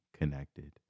connected